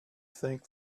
think